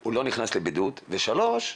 הוא לא נכנס לבידוד, ודבר שלישי,